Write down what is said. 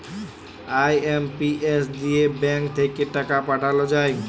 IMPS দিয়ে bank থাক্যে টাকা পাঠাল যায়